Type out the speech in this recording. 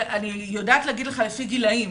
אני יודעת להגיד לך גילים.